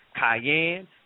cayenne